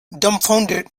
dumbfounded